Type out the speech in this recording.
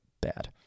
bad